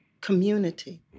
community